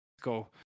go